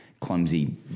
clumsy